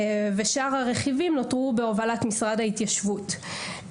שאר הרכיבים נותרו בהובלת משרד ההתיישבות.